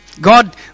God